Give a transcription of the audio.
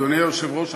אדוני היושב-ראש,